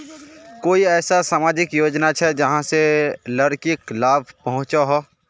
कोई ऐसा सामाजिक योजना छे जाहां से लड़किक लाभ पहुँचो हो?